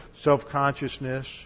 self-consciousness